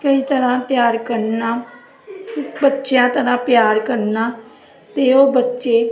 ਸਹੀ ਤਰ੍ਹਾਂ ਤਿਆਰ ਕਰਨਾ ਬੱਚਿਆਂ ਤਰਾਂ ਪਿਆਰ ਕਰਨਾ ਅਤੇ ਉਹ ਬੱਚੇ